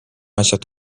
asjad